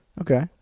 Okay